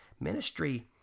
Ministry